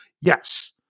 Yes